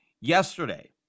yesterday